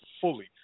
fully